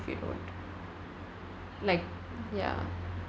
if you don't like ya